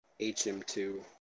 HM2